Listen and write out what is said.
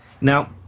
Now